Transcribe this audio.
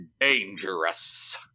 Dangerous